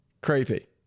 Creepy